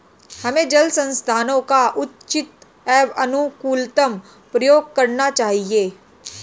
हमें जल संसाधनों का उचित एवं अनुकूलतम प्रयोग करना चाहिए